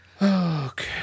Okay